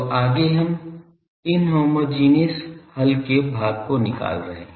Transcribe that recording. तो आगे हम इनहोमोजेनियस हल के भाग को निकाल रहे हैं